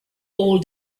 all